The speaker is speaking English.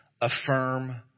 affirm